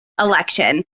election